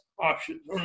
options